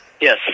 Yes